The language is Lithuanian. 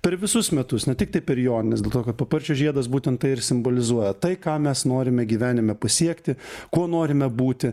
per visus metus ne tik tai per jonines dėl to kad paparčio žiedas būtent tai ir simbolizuoja tai ką mes norime gyvenime pasiekti kuo norime būti